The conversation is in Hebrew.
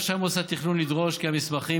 רשאי מוסד תכנון לדרוש כי המסמכים